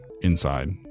inside